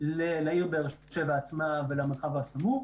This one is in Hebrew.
לעיר באר שבע עצמה ולמרחב הסמוך,